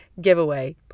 giveaway